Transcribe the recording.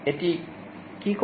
এটি কি করে